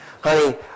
honey